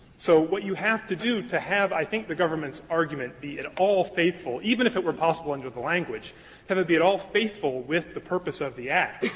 so what you have to do to have, i think, the government's argument be at all faithful, even if it were possible under the language have it be at all faithful with the purpose of the act,